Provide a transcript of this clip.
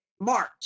March